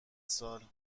سال